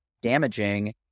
damaging